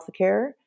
healthcare